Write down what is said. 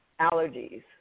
allergies